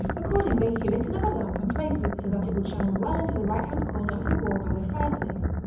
accordingly he lit another lamp and placed it so that it would shine well into the right-hand corner of the wall by the fireplace.